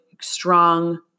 strong